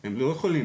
הם לא יכולים,